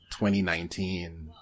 2019